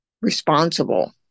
responsible